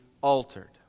altered